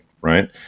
right